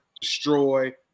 destroy